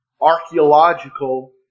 archaeological